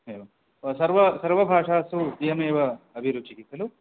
एवं सर्वं सर्वभाषासु द्वयमेव अभिरुचिः खलु